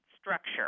structure